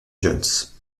jones